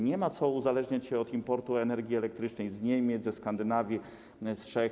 Nie ma co uzależniać się od importu energii elektrycznej z Niemiec, ze Skandynawii, z Czech.